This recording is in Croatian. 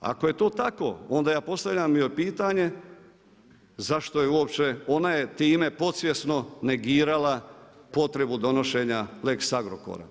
Ako je to tako, onda ja postavljam joj pitanje, zašto je uopće, ona je time podsvjesno negirala potrebu donošenja Lex Agrokora.